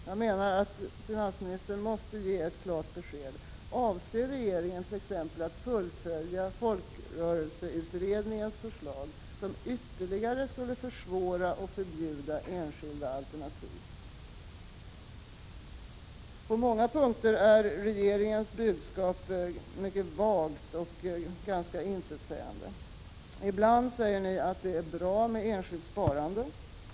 Jag menar att finansministern måste ge ett klart besked: Avser regeringen t.ex. att fullfölja folkrörelseutredningens förslag, som ytterligare skulle försvåra och förbjuda enskilda alternativ? På många punkter är regeringens budskap mycket vagt och ganska intetsägande. Ibland säger ni att det är bra med enskilt sparande.